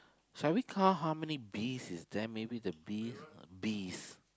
shall we count how many bees is there maybe the bees bees